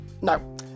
No